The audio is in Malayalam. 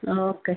ആ ഓക്കെ